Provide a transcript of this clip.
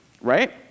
right